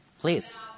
Please